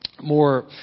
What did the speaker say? more